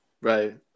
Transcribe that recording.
Right